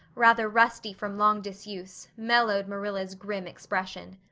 rather rusty from long disuse, mellowed marilla's grim expression.